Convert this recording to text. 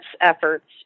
efforts